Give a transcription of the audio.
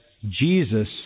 Jesus